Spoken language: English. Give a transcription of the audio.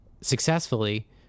successfully